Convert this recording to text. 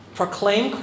proclaim